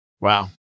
Wow